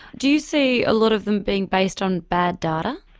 do you see a lot of them being based on bad data?